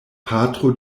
patro